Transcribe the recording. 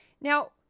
now